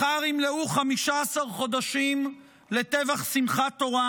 מחר ימלאו 15 חודשים לטבח שמחת תורה